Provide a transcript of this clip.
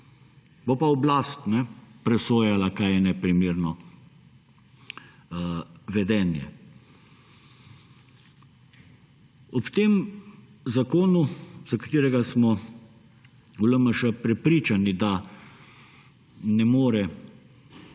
Bo pa oblast presojala, kaj je neprimerno vedenje. Ob tem zakonu, za katerega smo v LMŠ prepričani, da ne more